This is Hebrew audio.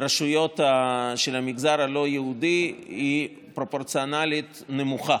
ברשויות של המגזר הלא-יהודי היא פרופורציונלית נמוכה.